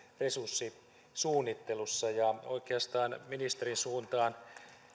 resurssisuunnittelussa ja oikeastaan ministerin suuntaan